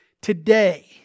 today